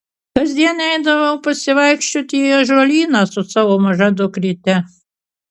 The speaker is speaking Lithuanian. kasdien eidavau pasivaikščioti į ąžuolyną su savo maža dukryte